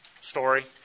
story